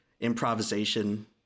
improvisation